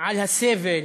על הסבל,